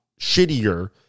shittier